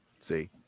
See